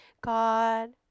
God